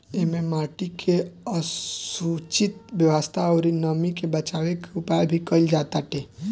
एमे माटी के समुचित व्यवस्था अउरी नमी के बाचावे के उपाय भी कईल जाताटे